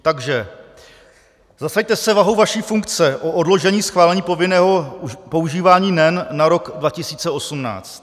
Takže zasaďte se vahou vaší funkce o odložení schválení povinného používání NEN na rok 2018.